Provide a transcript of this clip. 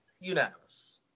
Unanimous